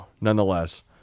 nonetheless